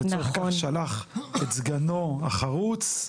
לשם כך שלח את סגנו החוץ.